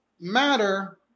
matter